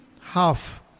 half